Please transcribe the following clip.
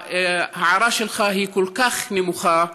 ההערה שלך כל כך נמוכה,